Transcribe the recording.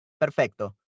Perfecto